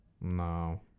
no